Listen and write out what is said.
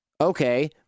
Okay